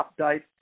update